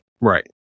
right